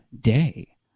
day